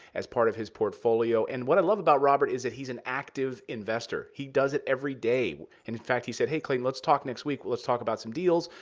as part of his portfolio. and what i love about robert is that he's an active investor. he does it every day. in fact, he said, hey, clayton, let's talk next week. let's talk about some deals.